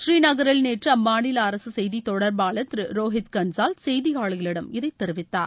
பூந்நகரில் நேற்று அம்மாநில அரசு செய்தித்தொடர்பாளர் திரு ரோஹித் கன்சால் செய்தியாளர்களிடம் இதைத் தெரிவித்தார்